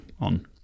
on